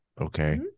Okay